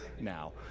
now